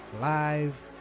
live